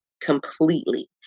completely